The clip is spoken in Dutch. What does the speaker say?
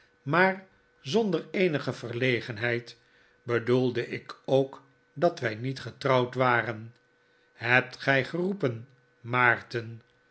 maar zonder qenige verlegenheid bedoelde ik ook dat wij niet getrouwd waren hebt gij geroepen maarten